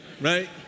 Right